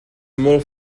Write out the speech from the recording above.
molt